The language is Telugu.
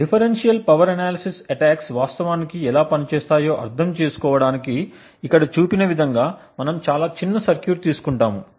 డిఫరెన్షియల్ పవర్ ఎనాలిసిస్ అటాక్స్ వాస్తవానికి ఎలా పనిచేస్తాయో అర్థం చేసుకోవడానికి ఇక్కడ చూపిన విధంగా మనము చాలా చిన్న సర్క్యూట్ తీసుకుంటాము